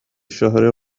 الشهر